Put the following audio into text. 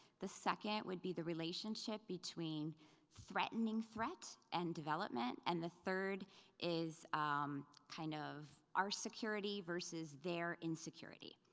the second would be the relationship between threatening threat and development, and the third is kind of our security versus their insecurity.